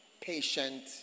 patient